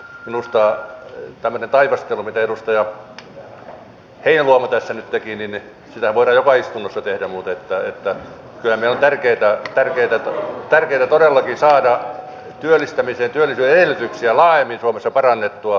minusta tämmöistä taivastelua mitä edustaja heinäluoma tässä nyt teki voidaan joka istunnossa tehdä mutta kyllä meidän on tärkeätä todellakin saada työllistämisen ja työllisyyden edellytyksiä laajemmin suomessa parannettua